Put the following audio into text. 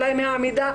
אולי מהעמידה,